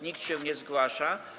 Nikt się nie zgłasza.